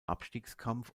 abstiegskampf